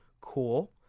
Cool